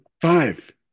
five